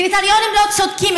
קריטריונים לא צודקים,